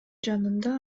жанында